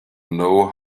know